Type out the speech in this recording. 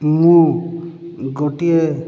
ମୁଁ ଗୋଟିଏ